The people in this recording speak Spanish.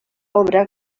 obra